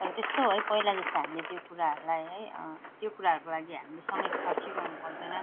तर त्यस्तो है पहिला जस्तो हामीले त्यो कुराहरूलाई है त्यो कुराहरूको लागि हामीले समय खर्चिरहनु पर्दैन